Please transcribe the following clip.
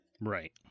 right